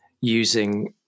using